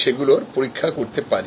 সেগুলোর পরীক্ষা করতে পারি